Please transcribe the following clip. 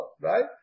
right